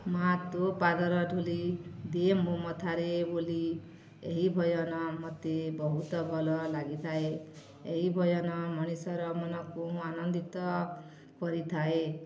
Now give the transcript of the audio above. ମାଆ ତୁ ପାଦର ଧୁଲି ଦିଏ ମୋ ମଥାରେ ବୋଲି ଏହି ଭଜନ ମତେ ବହୁତ ଭଲ ଲାଗିଥାଏ ଏହି ଭଜନ ମଣିଷର ମନକୁ ଆନନ୍ଦିତ କରିଥାଏ